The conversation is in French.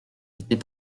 était